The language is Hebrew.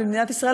במדינת ישראל,